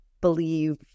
believe